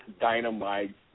Dynamite